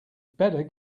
better